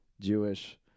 Jewish